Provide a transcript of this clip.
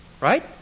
right